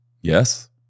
Yes